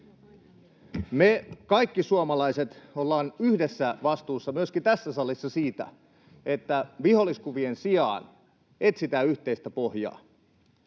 Me kaikki suomalaiset ollaan yhdessä vastuussa myöskin tässä salissa siitä, että viholliskuvien sijaan etsitään yhteistä pohjaa.